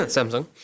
Samsung